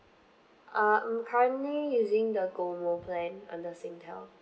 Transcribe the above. uh I'm currently using the GOMO plan under singtel